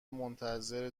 منتظر